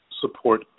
support